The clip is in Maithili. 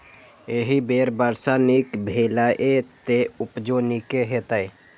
एहि बेर वर्षा नीक भेलैए, तें उपजो नीके हेतै